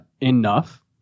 enough